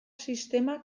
sistema